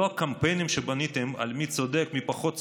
לא הקמפיינים שבניתם על מי צודק, מי פחות צודק,